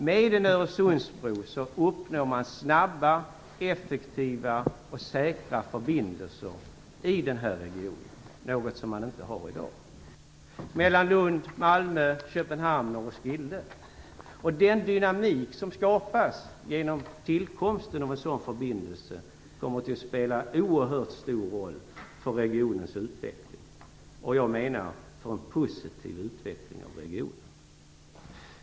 Med en Öresundsbro uppnår man snabba, effektiva och säkra förbindelser i regionen mellan Lund, Malmö, Köpenhamn och Roskilde, något som man inte har i dag. Den dynamik som skapas genom tillkomsten av en sådan förbindelse kommer att spela en oerhört stor roll för en positiv utveckling av regionen.